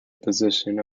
position